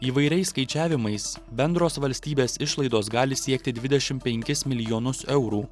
įvairiais skaičiavimais bendros valstybės išlaidos gali siekti dvidešimt penkis milijonus eurų